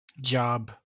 job